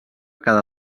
cada